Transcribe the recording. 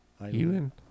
Elin